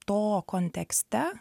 to kontekste